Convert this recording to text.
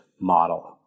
model